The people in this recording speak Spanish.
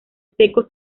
secos